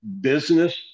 business